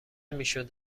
میشد